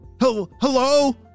hello